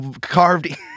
carved